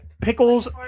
pickles